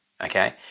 okay